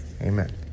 Amen